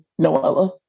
Noella